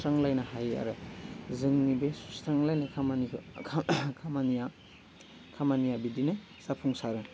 सुस्रांलायनो हायो आरो जोंनि बे सुस्रांलायनाय खामानिखौ खामानिया खामानिया बिदिनो जाफुंसारो